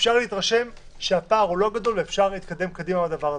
אפשר להתרשם שהפער הוא לא גדול ואפשר להתקדם קדימה עם הדבר הזה.